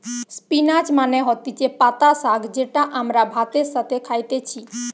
spinach মানে হতিছে পাতা শাক যেটা আমরা ভাতের সাথে খাইতেছি